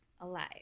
alive